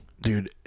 Dude